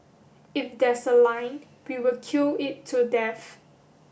if there's a line we will queue it to death